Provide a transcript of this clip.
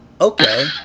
okay